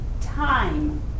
time